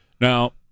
Now